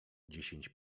dziesięć